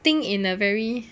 think in a very